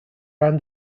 van